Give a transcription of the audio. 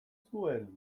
zuen